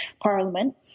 Parliament